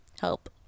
help